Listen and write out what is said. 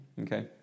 Okay